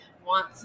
want